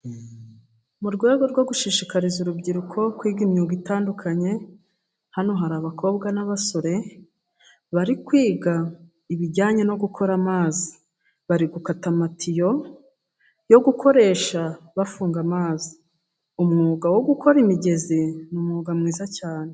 Mu rwego rwo gushishikariza urubyiruko kwiga imyuga itandukanye, hano hari abakobwa n'abasore bari kwiga ibijyanye no gukora amazi. Bari gukata amatiyo yo gukoresha bafunga amazi. Umwuga wo gukora imigezi ni umwuga mwiza cyane.